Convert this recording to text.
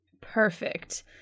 Perfect